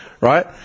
right